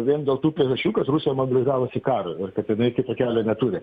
vien dėl tų priežasčių kad rusijoj man rigavos į karą ir kad jinai kito kelio neturi